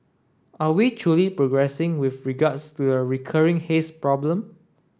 are we truly progressing with regards to a recurring haze problem